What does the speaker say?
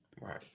Right